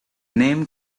name